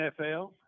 NFL